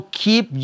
keep